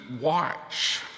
watch